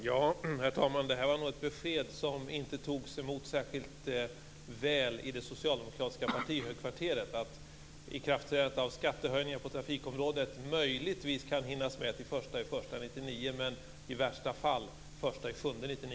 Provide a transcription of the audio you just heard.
Herr talman! Det var nog ett besked som inte togs emot särskilt väl i det socialdemokratiska partihögkvarteret; att ikraftträdandet av skattehöjningen på trafikområdet möjligtvis kan hinnas med till den 1 januari 1999 men i värsta fall inte förrän den 1 juli